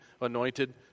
anointed